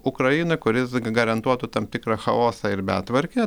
ukrainoj kuris ga garantuotų tam tikrą chaosą ir betvarkę